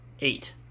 eight